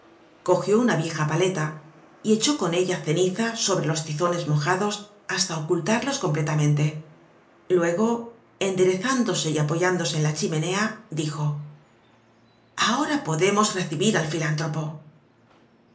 cogió una vieja paleta y echó con ella ceniza sobre los tizones mojados hasta ocultarlos completamente luego enderezándose y apoyándose en la chimenea dijo ahora podemos recibir al filántropo